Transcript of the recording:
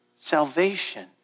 salvation